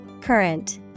Current